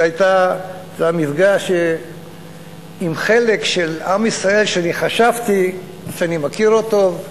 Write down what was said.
זה היה מפגש עם חלק של עם ישראל שחשבתי שאני מכיר אותו,